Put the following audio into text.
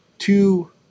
two